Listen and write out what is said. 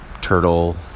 turtle